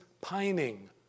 pining